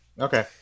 Okay